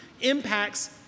impacts